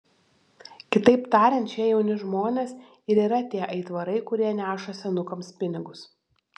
kitaip tariant šie jauni žmonės ir yra tie aitvarai kurie neša senukams pinigus